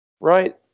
Right